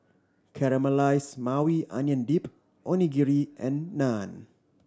Caramelize Maui Onion Dip Onigiri and Naan